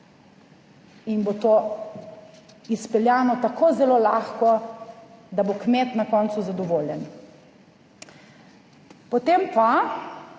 in bo to izpeljano tako zelo lahko, da bo kmet na koncu zadovoljen. **50.